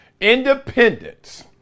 Independence